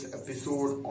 episode